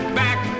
back